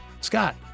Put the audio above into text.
Scott